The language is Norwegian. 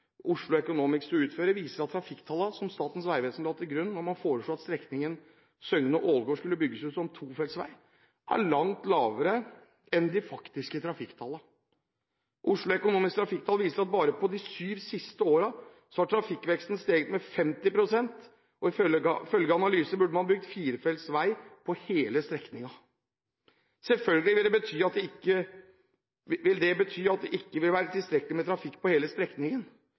Oslo Economics til å utføre, viser at trafikktallene som Statens vegvesen la til grunn da man foreslo at strekningen Søgne–Ålgård skulle bygges ut som tofeltsvei, er langt lavere enn de faktiske trafikktallene. Oslo Eonomics’ trafikktall viser at bare på de syv siste årene har trafikkveksten steget med 50 pst., og ifølge analysen burde man bygge firefeltsvei på hele strekningen. Selvfølgelig vil det bety at det ikke vil være tilstrekkelig med trafikk på hele